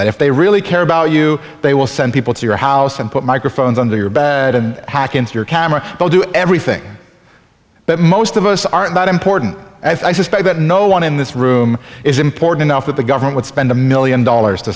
that if they really care about you they will send people to your house and put microphones under your bed and hack into your camera they'll do everything but most of us aren't that important and i suspect that no one in this room is important enough that the government would spend a million dollars to